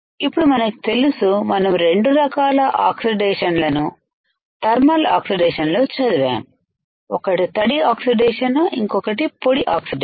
ఇప్పుడు మనకు తెలుసు మనము రెండు రకాల ఆక్సిడేషన్ లను ధర్మల్ ఆక్సిడేషన్ లో చదివాము ఒకటి తడి ఆక్సిడేషన్ ఇంకొకటి పొడి ఆక్సిడేషన్